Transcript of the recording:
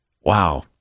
Wow